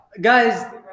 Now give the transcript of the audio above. Guys